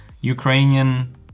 Ukrainian